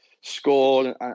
scored